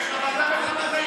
אבל אני מבקש לוועדה למעמד האישה.